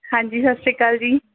ਹਾਂਜੀ ਸਤਿ ਸ਼੍ਰੀ ਅਕਾਲ ਜੀ